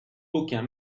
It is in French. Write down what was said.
aucun